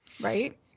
Right